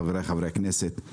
חבריי חברי הכנסת.